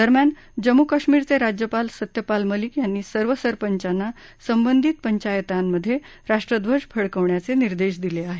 दरम्यान जम्मू काश्मीरचे राज्यपाल सत्यपाल मलिक यांनी सर्व सरपंचांना संबंधित पंचायतांमध्ये राष्ट्रध्वज फडकविण्याचे निर्देश दिले आहेत